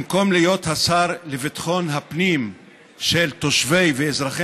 במקום להיות השר לביטחון הפנים של תושבי ואזרחי